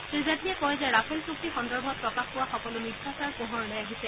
শ্ৰী জেটলীয়ে কয় যে ৰাফেল চুক্তি সন্দৰ্ভত প্ৰকাশ পোৱা সকলে মিথ্যাচাৰ পোহৰলৈ আহিছে